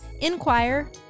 Inquire